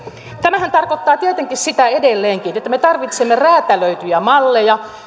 tämähän tarkoittaa tietenkin sitä edelleenkin että me tarvitsemme räätälöityjä malleja